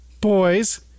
boys